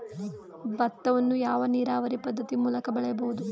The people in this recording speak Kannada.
ಭತ್ತವನ್ನು ಯಾವ ನೀರಾವರಿ ಪದ್ಧತಿ ಮೂಲಕ ಬೆಳೆಯಬಹುದು?